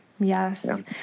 Yes